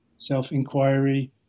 self-inquiry